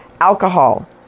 alcohol